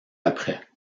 après